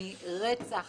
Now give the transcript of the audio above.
מרצח